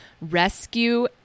rescue